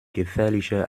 gefährlicher